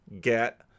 get